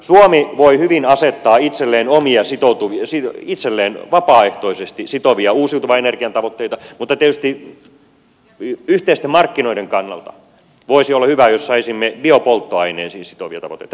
suomi voi hyvin asettaa itselleen vapaaehtoisesti omia sitovia uusiutuvan energian tavoitteita mutta tietysti yhteisten markkinoiden kannalta voisi olla hyvä jos saisimme biopolttoaineisiin sitovia tavoitteita